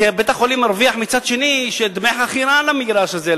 כי מצד אחר בית-החולים מרוויח לפי החוק דמי חכירה על המגרש הזה.